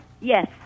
Yes